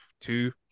two